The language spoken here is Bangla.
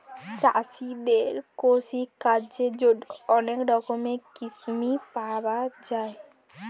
চাষীদের কৃষি কাজের জন্যে অনেক রকমের স্কিম পাওয়া যায়